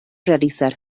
realizar